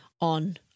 on